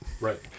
Right